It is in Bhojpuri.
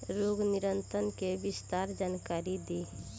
रोग नियंत्रण के विस्तार जानकारी दी?